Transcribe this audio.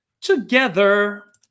together